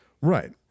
right